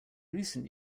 recent